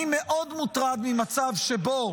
ממצב שבו